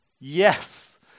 Yes